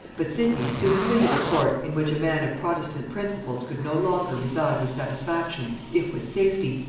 but sidney soon quitted a court in which a man of protestant principles could no longer reside with satisfaction, if with safety,